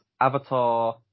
Avatar